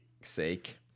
sake